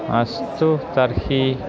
अस्तु तर्हि